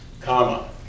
Comma